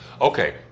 okay